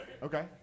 Okay